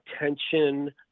attention